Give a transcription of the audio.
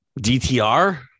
DTR